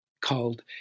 called